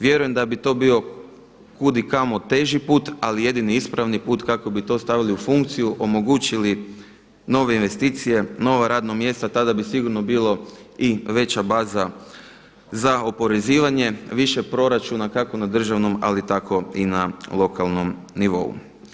Vjerujem da bi to bio kud i kamo teži put ali jedini ispravni put kako bi to stavili u funkciju, omogućili nove investicije, nova radna mjesta, tada bi sigurno bilo i veća baza za oporezivanje, više proračuna kako na državnom ali tako i na lokalnom nivou.